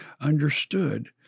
understood